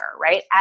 Right